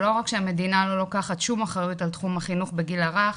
שלא רק שהמדינה לא לוקחת שום אחריות על תחום החינוך בגיל הרך,